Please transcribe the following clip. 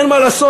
אין מה לעשות.